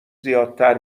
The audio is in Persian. زیادتر